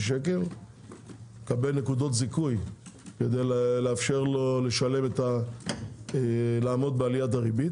שקל יקבל נקודות זיכוי כדי לאפשר לו לעמוד בעליית הרבית.